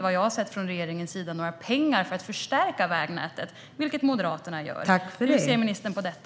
Vad jag har sett föreslår regeringen inte heller några pengar för att förstärka vägnätet, vilket Moderaterna gör. Hur ser ministern på detta?